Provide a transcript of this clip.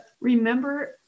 remember